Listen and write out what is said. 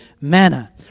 manna